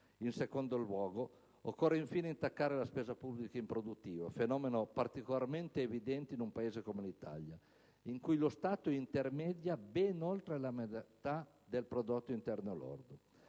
In secondo luogo, occorre intaccare la spesa pubblica improduttiva, fenomeno particolarmente evidente in un Paese come l'Italia, in cui lo Stato intermedia ben oltre la metà del prodotto interno lordo.